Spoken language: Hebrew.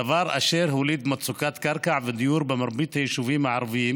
דבר אשר הוליד מצוקת קרקע ודיור במרבית היישובים הערביים.